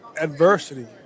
adversity